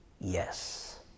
Yes